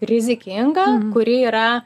rizikinga kuri yra